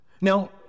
Now